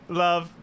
love